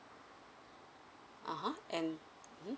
(uh huh) and